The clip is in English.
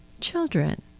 children